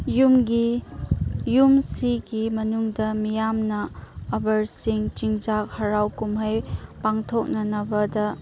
ꯌꯨꯝꯒꯤ ꯌꯨꯝꯁꯤꯒꯤ ꯃꯅꯨꯡꯗ ꯃꯤꯌꯥꯝꯅ ꯑꯕꯔꯆꯦꯡ ꯆꯤꯟꯖꯥꯛ ꯍꯔꯥꯎ ꯀꯨꯝꯍꯩ ꯄꯥꯡꯊꯣꯛꯅꯅꯕꯗ